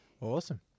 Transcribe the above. Awesome